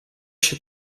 się